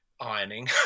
ironing